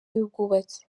y’ubwubatsi